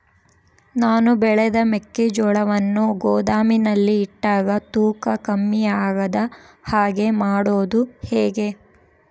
ನಾನು ಬೆಳೆದ ಮೆಕ್ಕಿಜೋಳವನ್ನು ಗೋದಾಮಿನಲ್ಲಿ ಇಟ್ಟಾಗ ತೂಕ ಕಮ್ಮಿ ಆಗದ ಹಾಗೆ ಮಾಡೋದು ಹೇಗೆ?